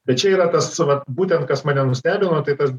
bet čia yra tas vat būtent kas mane nustebino tai tas